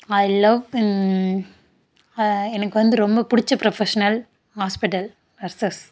ஐ love எனக்கு வந்து ரொம்ப பிடிச்ச ப்ரொஃபஷ்னல் ஹாஸ்பிட்டல் நர்சஸ்